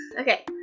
Okay